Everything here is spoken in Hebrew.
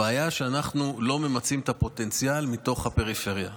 הבעיה היא שאנחנו לא ממצים את הפוטנציאל מתוך הפריפריה.